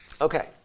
Okay